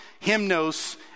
hymnos